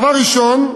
דבר ראשון,